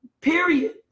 period